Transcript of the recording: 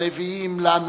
המביאים לנו